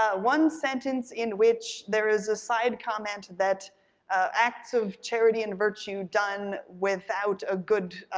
ah one sentence in which there is a side comment that acts of charity and virtue done without a good,